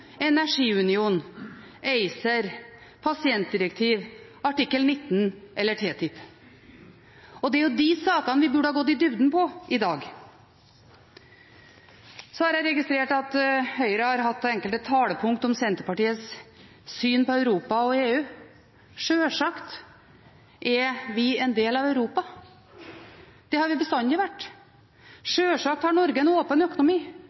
energiunion, ACER, pasientdirektiv, artikkel 19 eller TTIP. Det er jo de sakene vi burde ha gått i dybden på i dag – det er det som er viktig for oss. Så har jeg registrert at Høyre har hatt enkelte talepunkt om Senterpartiets syn på Europa og EU. Sjølsagt er vi en del av Europa. Det har vi bestandig vært.